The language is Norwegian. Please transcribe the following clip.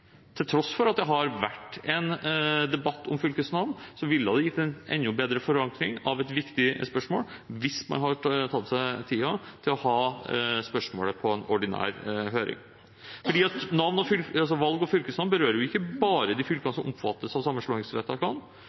Til tross for at det har vært en debatt om fylkesnavn, ville det gitt en enda bedre forankring av et viktig spørsmål hvis man hadde tatt seg tid til å sende spørsmålet ut på en ordinær høring. Valg av fylkesnavn berører ikke bare de fylkene som omfattes av